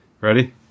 Ready